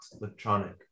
electronic